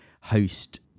host